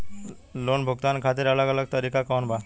Loan भुगतान खातिर अलग अलग तरीका कौन बा?